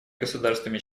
государствами